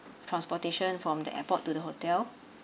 transportation from the airport to the hotel